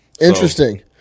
Interesting